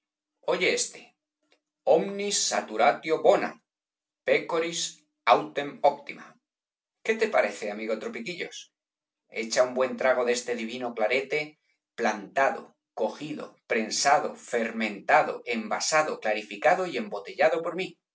oye éste omnis saturatio bona pecoris autem óptima qué te parece amigo tropiquillos echa un buen trago de este divino clarete plantado cogido prensado fermentado envasado clarificado y embotellado por mí